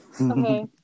okay